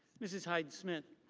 mrs. hyde smith.